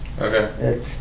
Okay